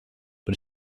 but